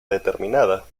determinada